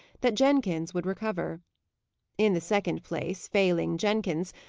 that jenkins would recover in the second place, failing jenkins,